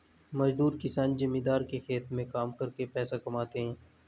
मजदूर किसान जमींदार के खेत में काम करके पैसा कमाते है